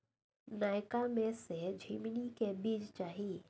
नयका में से झीमनी के बीज चाही?